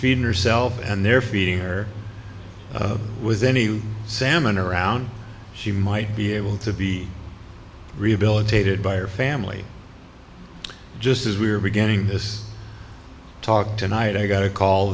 feeding herself and they're feeding her was any salmon around she might be able to be rehabilitated by her family just as we're beginning this talk tonight i got a call